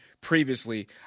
previously